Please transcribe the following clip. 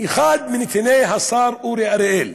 אחד מנתיני השר אורי אריאל,